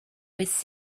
was